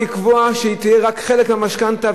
לקבוע שהיא תהיה רק חלק מהמשכנתה,